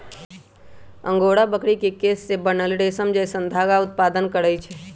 angora बकरी के केश से बनल रेशम जैसन धागा उत्पादन करहइ